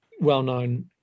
well-known